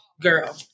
girl